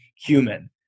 human